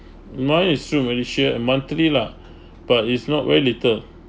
mine is soon when you share a monthly lah but it's not very little